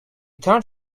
turned